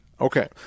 Okay